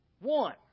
One